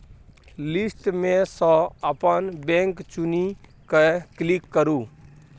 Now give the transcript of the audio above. list मे सँ अपन बैंक चुनि कए क्लिक करु